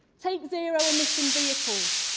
take zero emission vehicle,